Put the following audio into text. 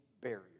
barrier